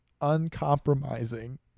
uncompromising